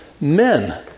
Men